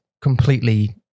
completely